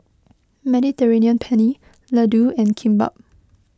Mediterranean Penne Ladoo and Kimbap